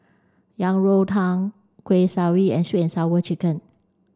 Yang Rou Tang Kuih Kaswi and sweet and sour chicken